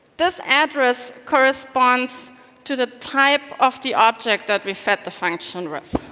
this address corresponds to the type of the object that we fed the function with.